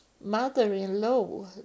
mother-in-law